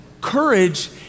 Courage